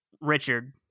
Richard